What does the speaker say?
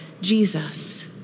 Jesus